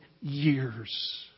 years